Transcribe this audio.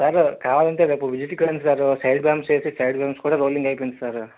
sir కావాలంటే రేపు visit కి రండి సార్ సైడ్ బంప్స్ వేసి సైడ్ బంప్స్ కూడా రోలింగ్ అయిపోయింది సారు